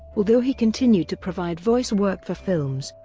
although he continued to provide voice work for films,